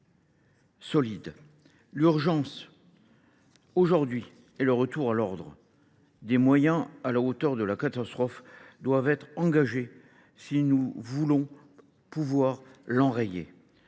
robustes. L’urgence aujourd’hui est au retour à l’ordre. Des moyens à la hauteur de la catastrophe doivent être engagés si nous entendons l’enrayer.